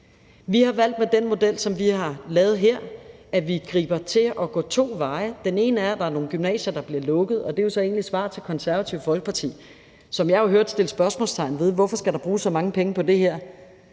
Vi har valgt den model, som vi har lavet her, hvor vi griber til at gå to veje. Den ene er, at der er nogle gymnasier, der bliver lukket – og det er så egentlig et svar til Konservative Folkeparti, som jeg jo hørte sætte spørgsmålstegn ved, hvorfor der skal bruges så mange penge på det her.